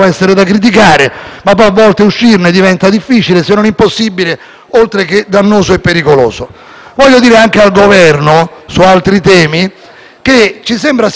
Voglio dire anche al Governo, su altri temi, che ci sembra singolare il fatto che giorni fa un esponente della Lega abbia preso un'iniziativa anche simpatica e condivisibile: